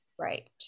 Right